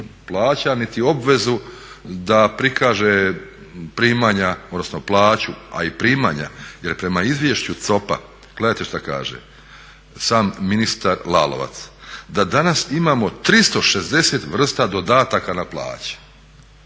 plaća niti obvezu da prikaže primanja, odnosno plaću, a i primanja, jer prema izvješću COP-a, gledajte šta kaže, sam ministar Lalovac da danas imamo 360 vrsta dodataka na plaće.